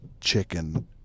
chicken